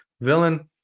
villain